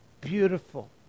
beautiful